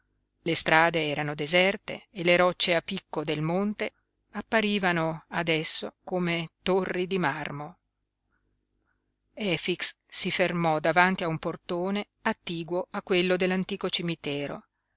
le strade erano deserte e le rocce a picco del monte apparivano adesso come torri di marmo efix si fermò davanti a un portone attiguo a quello dell'antico cimitero